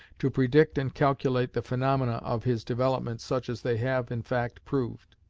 to predict and calculate the phaenomena of his development such as they have in fact proved.